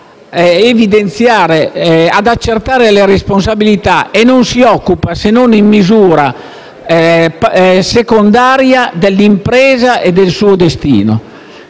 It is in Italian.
che mira ad accertare le responsabilità e non si occupa, se non in misura secondaria, dell'impresa e del suo destino.